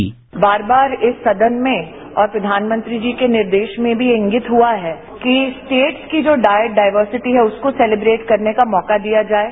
bite बार बार इस सदन में और प्रधानमंत्री जी के निर्देश में भी ये इंगित हुआ है कि स्टेट्स की जो डाइट डायवर्सिटी है उसको सैलिब्रेट करने का मौका दिया जाये